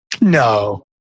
No